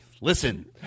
Listen